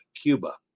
Cuba